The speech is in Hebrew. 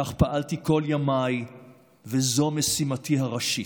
כך פעלתי כל ימיי וזו משימתי הראשית.